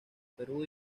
perú